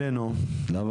אנחנו חוזרים אלינו לוועדה.